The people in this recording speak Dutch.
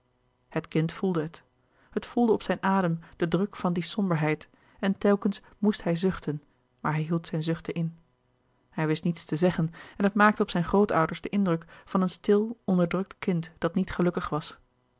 het kind voelde het het voelde op zijn adem den druk van die somberheid en telkens moest hij zuchten maar hij hield zijn zuchten in het wist niets te zeggen en het maakte op zijne grootouders den indruk van een stil onderdrukt kind dat niet gelukkig was